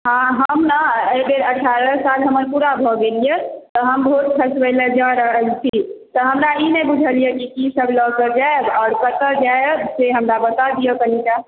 हँ हम ने एहिबेर अठारह साल हमर पूरा भऽ गेल यऽ तऽ हम वोट खसबै लए जा रहल छी तऽ हमरा ई नहि बुझल यऽ कि की सभ लए कऽ जायब आओर कतय जायब से हमरा बता दिअ कनिटा